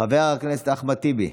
חבר הכנסת אחמד טיבי,